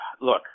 look